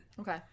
Okay